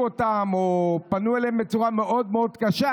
אותם או פנו אליהם בצורה מאוד מאוד קשה,